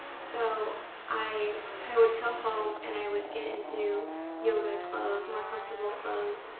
so i i would come home and i would get into yoga clothes more comfortable clothes,